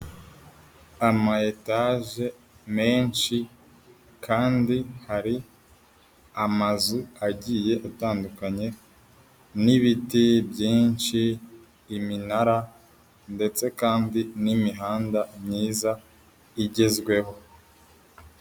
ama etaje menshi kandi hari amazu agiye atandukanye n'ibiti byinshi, iminara ndetse kandi n'imihanda myiza igezweho.